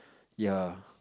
ya